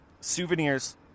Souvenirs